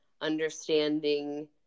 understanding